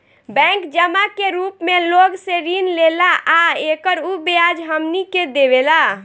bank जमा के रूप मे लोग से ऋण लेला आ एकर उ ब्याज हमनी के देवेला